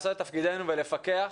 לעשות את תפקידנו ולפקח.